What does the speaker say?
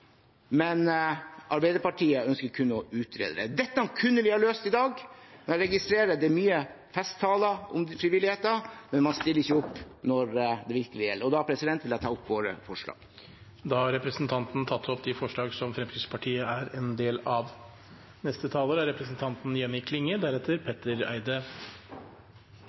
men Arbeiderpartiet ønsker kun å utrede det. Dette kunne vi ha løst i dag. Jeg registrerer at det er mye festtaler om frivilligheten, men man stiller ikke opp når det virkelig gjelder. Da vil jeg ta opp de forslagene vi er en del av. Representanten Per-Willy Amundsen har tatt opp de forslagene han refererte til. Samfunnssikkerheit er